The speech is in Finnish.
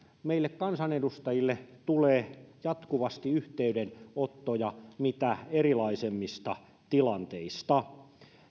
meille kansanedustajille tulee jatkuvasti yhteydenottoja mitä erilaisimmista tilanteista